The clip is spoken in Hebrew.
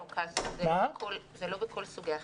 זה לא בכל סוגי החמ"ד.